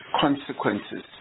consequences